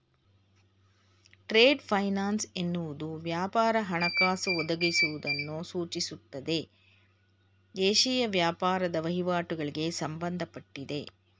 trade finance ಎನ್ನುವುದು ವ್ಯಾಪಾರ ಹಣಕಾಸು ಒದಗಿಸುವುದನ್ನು ಸೂಚಿಸುತ್ತೆ ದೇಶೀಯ ವ್ಯಾಪಾರದ ವಹಿವಾಟುಗಳಿಗೆ ಸಂಬಂಧಪಟ್ಟಿದೆ